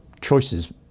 choices